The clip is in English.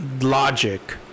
logic